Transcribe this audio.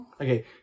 okay